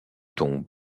tons